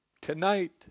Tonight